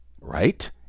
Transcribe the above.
Right